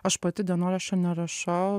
aš pati dienoraščio nerašau